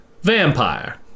Vampire